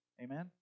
Amen